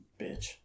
Bitch